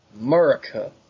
America